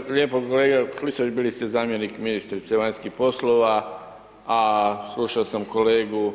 Hvala lijepo kolega Klisović bili ste zamjenik ministrice vanjskih poslova, a slušao sam kolegu